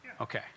Okay